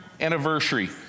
anniversary